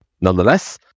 nonetheless